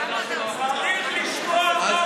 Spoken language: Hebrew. צריך לשמוע מה אומר הרב פרץ,